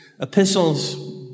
epistles